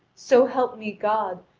so help me god,